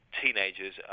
teenagers